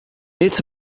its